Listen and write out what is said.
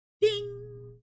Ding